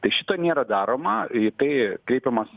tai šito nėra daroma į tai kreipiamas